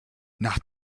nach